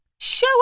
show